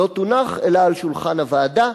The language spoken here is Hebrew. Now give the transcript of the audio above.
לא תונח אלא על שולחן הוועדה,